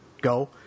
go